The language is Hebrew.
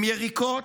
עם יריקות,